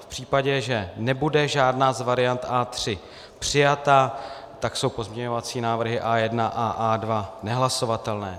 V případě, že nebude žádná z variant A3 přijata, tak jsou pozměňovací návrhy A1 a A2 nehlasovatelné.